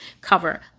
cover